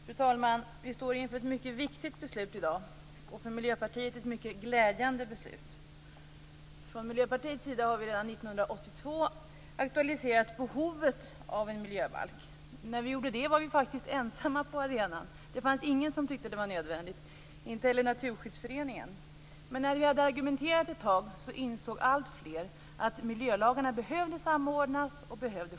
Fru talman! Vi står inför ett mycket viktigt beslut i dag. För Miljöpartiet är det ett mycket glädjande beslut. Från Miljöpartiets sida aktualiserade vi redan 1982 behovet av en miljöbalk. När vi gjorde det var vi faktiskt ensamma på arenan. Det fanns ingen som tyckte att det var nödvändigt - inte heller Naturskyddsföreningen. När vi hade argumenterat ett tag insåg alltfler att miljölagarna behövde samordnas och skärpas.